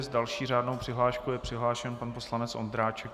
S další řádnou přihláškou je přihlášen pan poslanec Ondráček.